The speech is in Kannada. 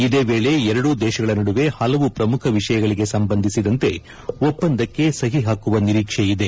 ಇದೇ ವೇಳೆ ಎರಡೂ ದೇಶಗಳ ನಡುವೆ ಹಲವು ಪ್ರಮುಖ ವಿಷಯಗಳಿಗೆ ಸಂಬಂಧಿಸಿದಂತೆ ಒಪ್ಪಂದಕ್ಕೆ ಸಹಿ ಹಾಕುವ ನಿರೀಕ್ಷೆಯಿದೆ